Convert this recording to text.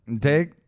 Take